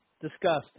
Disgusting